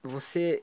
Você